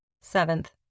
Seventh